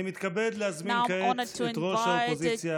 אני מתכבד להזמין כעת את ראש האופוזיציה